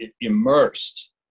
immersed